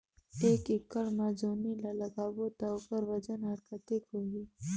एक एकड़ मा जोणी ला लगाबो ता ओकर वजन हर कते होही?